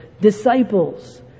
Disciples